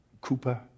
Cooper